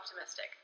optimistic